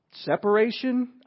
Separation